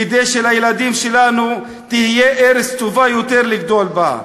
כדי שלילדים שלנו תהיה ארץ טובה יותר לגדול בה.